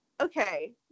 okay